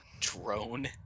drone